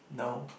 no